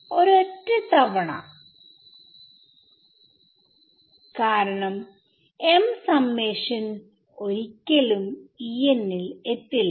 ഒറ്റൊരു തവണ കാരണം m സമ്മേഷൻ ഒരിക്കലും ൽ എത്തില്ല